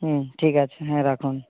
হুম ঠিক আছে হ্যাঁ রাখুন